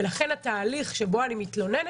ולכן התהליך שבו אני מתלוננת,